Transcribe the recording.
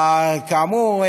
כאמור,